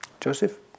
Joseph